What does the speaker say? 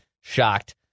shocked